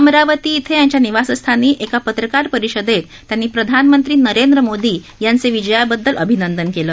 अमरावती इथं त्यांच्या निवासस्थानी एका पत्रकार परिषदेत त्यांनी प्रधानमंत्री नरेंद्र मोदी यांचे विजयाबद्दल अभिनंदन केले